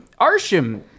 Arshim